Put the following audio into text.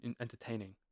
entertaining